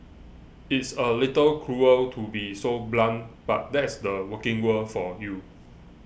it's a little cruel to be so blunt but that's the working world for you